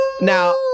Now